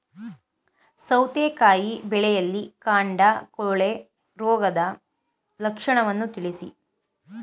ಸೌತೆಕಾಯಿ ಬೆಳೆಯಲ್ಲಿ ಕಾಂಡ ಕೊಳೆ ರೋಗದ ಲಕ್ಷಣವನ್ನು ತಿಳಿಸಿ?